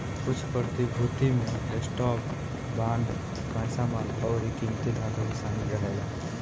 कुछ प्रतिभूति में स्टॉक, बांड, कच्चा माल अउरी किमती धातु भी शामिल रहेला